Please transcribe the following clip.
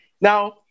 Now